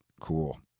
cool